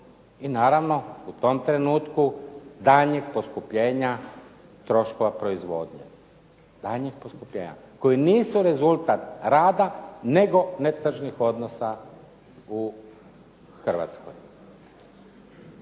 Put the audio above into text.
i naravno u tom trenutku daljnjeg poskupljenja troškova proizvodnje. Daljnjeg poskupljenja koji nisu rezultat rada nego netržišnih odnosa u Hrvatskoj.